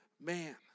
Man